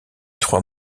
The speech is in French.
trois